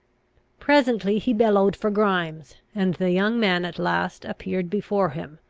presently he bellowed for grimes, and the young man at last appeared before him,